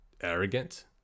arrogant